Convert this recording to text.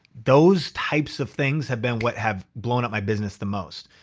those types of things have been what have blown up my business the most.